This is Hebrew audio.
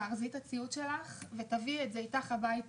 תארזי את הציוד שלך ותביאי את זה איתך הביתה.